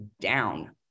down